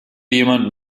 jemand